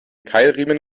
keilriemen